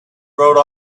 wrote